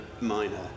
minor